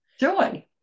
Joy